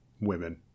women